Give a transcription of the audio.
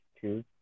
two